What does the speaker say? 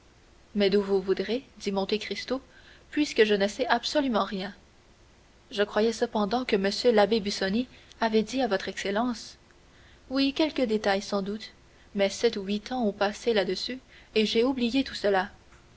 mais d'où vous voudrez dit monte cristo puisque je ne sais absolument rien je croyais cependant que m l'abbé busoni avait dit à votre excellence oui quelques détails sans doute mais sept ou huit ans ont passé là-dessus et j'ai oublié tout cela